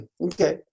Okay